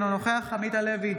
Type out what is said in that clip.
אינו נוכח עמית הלוי,